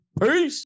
Peace